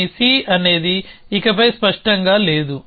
కానీ C అనేది ఇకపై స్పష్టంగా లేదు